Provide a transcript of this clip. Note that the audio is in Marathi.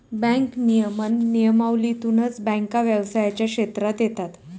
बँक नियमन नियमावलीतूनच बँका व्यवसायाच्या क्षेत्रात येतात